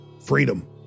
freedom